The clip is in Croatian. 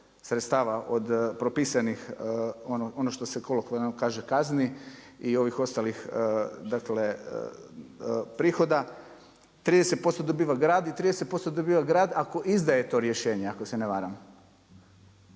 sredstava od propisanih, ono što se kolokvijalno kaže kazni i ovih ostalih prihoda, 30% dobiva grad i 30% dobiva grad ako izdaje to rješenje ako se ne varam